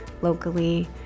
locally